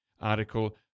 article